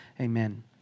Amen